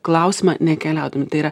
klausimą nekeliaudami tai yra